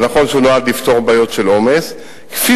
זה נכון שהוא נועד לפתור בעיות של עומס כפי